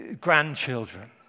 grandchildren